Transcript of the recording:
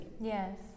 yes